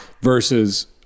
Versus